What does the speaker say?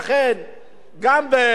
גם בוועדת-טרכטנברג,